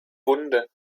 wunde